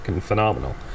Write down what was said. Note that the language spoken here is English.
phenomenal